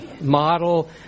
model